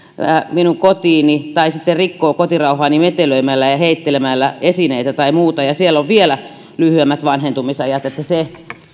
minun kotiini tai sitten rikkoo kotirauhaani metelöimällä ja heittelemällä esineitä tai muuten ja siellä on vielä lyhyemmät vanhentumisajat se